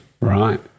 Right